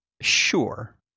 sure